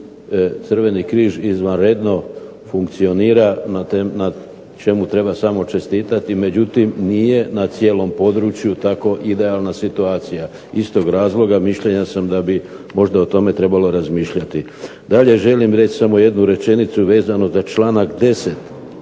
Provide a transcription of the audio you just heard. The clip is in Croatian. Crveni križ izvanredno funkcionira na čemu treba samo čestitati, međutim nije na cijelom području tako idealna situacija. Iz tog razloga mišljenja sam da bi možda o tome trebalo razmišljati. Dalje želim reći samo jednu rečenicu vezano za članak 10.